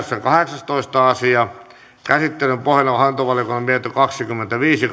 kahdeksastoista asia käsittelyn pohjana on hallintovaliokunnan mietintö kaksikymmentäviisi